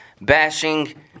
bashing